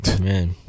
man